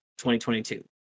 2022